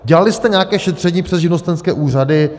Dělali jste nějaké šetření přes živnostenské úřady?